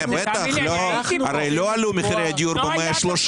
תאמין לי, אני הייתי פה.